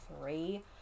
three